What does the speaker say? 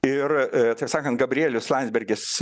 ir taip sakant gabrielius landsbergis